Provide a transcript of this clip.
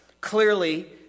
Clearly